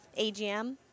AGM